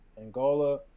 angola